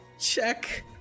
Check